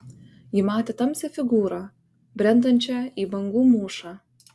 ji matė tamsią figūrą brendančią į bangų mūšą